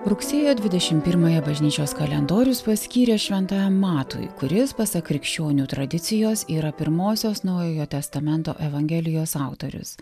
rugsėjo dvidešim pirmąją bažnyčios kalendorius paskyrė šventajam matui kuris pasak krikščionių tradicijos yra pirmosios naujojo testamento evangelijos autorius